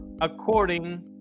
according